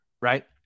right